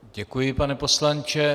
Děkuji, pane poslanče.